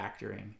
factoring